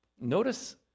Notice